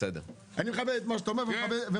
אני מכבד את מה שאתה אומר.